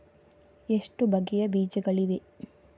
ಎಷ್ಟು ಬಗೆಯ ಬೀಜಗಳಿವೆ?